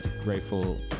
grateful